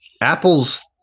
Apple's